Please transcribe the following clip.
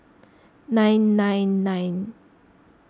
nine nine nine